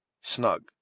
Snug